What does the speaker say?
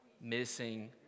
missing